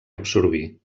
absorbir